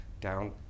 down